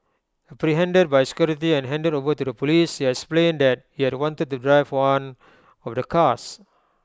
apprehended by security and handed over to Police explained that he had wanted to drive one of the cars